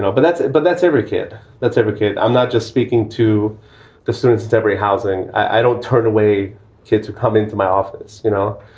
but that's but that's every kid that's advocate. i'm not just speaking to the students debris, housing. i don't turn away kids who come into my office, you know.